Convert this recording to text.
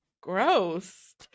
gross